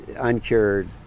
Uncured